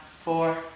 four